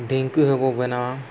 ᱰᱷᱤᱝᱠᱤ ᱦᱚᱸ ᱵᱚ ᱵᱮᱱᱟᱣᱟ